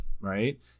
right